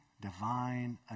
divine